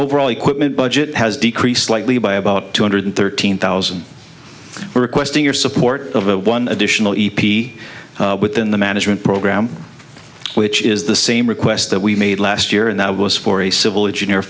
overall equipment budget has decreased slightly by about two hundred thirteen thousand requesting your support of a one additional e p within the management program which is the same request that we made last year and that was for a civil engineer